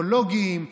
אידיאולוגיים.